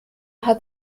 hat